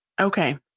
Okay